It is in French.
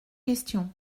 questions